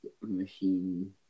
Machine